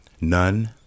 none